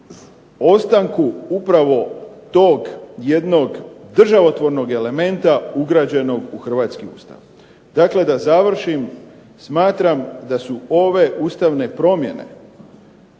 ostanku upravo tog jednog državotvornog elementa ugrađenog u Hrvatski ustav. Dakle da završim, smatram da su ove Ustavne promjene